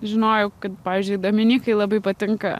žinojau kad pavyzdžiui dominykai labai patinka